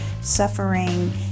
suffering